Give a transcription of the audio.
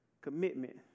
commitment